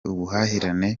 ubuhahirane